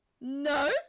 no